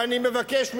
ואני מבקש ממנו: